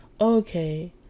okay